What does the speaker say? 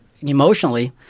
emotionally